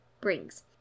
brings